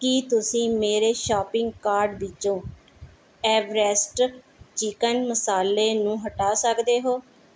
ਕੀ ਤੁਸੀਂ ਮੇਰੇ shopping cart ਵਿੱਚੋਂ ਐਵਰੈਸਟ ਚਿਕਨ ਮਸਾਲੇ ਨੂੰ ਹਟਾ ਸਕਦੇ ਹੋ